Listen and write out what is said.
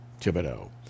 Thibodeau